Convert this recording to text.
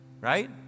right